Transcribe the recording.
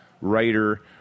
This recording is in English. writer